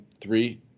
three